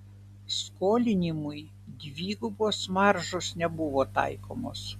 skolinimui dvigubos maržos nebuvo taikomos